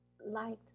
liked